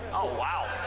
oh, wow.